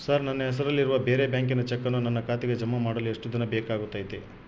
Sir ನನ್ನ ಹೆಸರಲ್ಲಿ ಇರುವ ಬೇರೆ ಬ್ಯಾಂಕಿನ ಚೆಕ್ಕನ್ನು ನನ್ನ ಖಾತೆಗೆ ಜಮಾ ಮಾಡಲು ಎಷ್ಟು ದಿನ ಬೇಕಾಗುತೈತಿ?